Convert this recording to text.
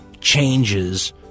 changes